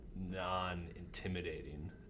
non-intimidating